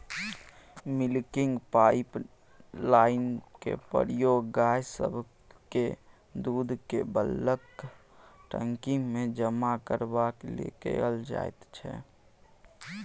milking पाइपलाइनक प्रयोग गाय सभक दूधकेँ बल्कक टंकीमे जमा करबाक लेल कएल जाइत छै